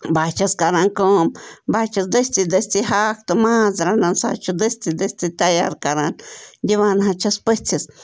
بہٕ حظ چھَس کَران کٲم بہٕ حظ چھَس دٔستی دٔستی ہاکھ تہٕ ماز رَنان سُہ حظ چھُ دٔستی دٔستی تیار کَران دِوان حظ چھَس پٔژھِس